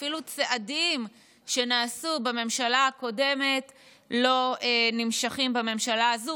אפילו צעדים שנעשו בממשלה הקודמת לא נמשכים בממשלה הזו,